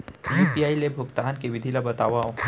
UPI ले भुगतान के विधि ला बतावव